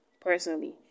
personally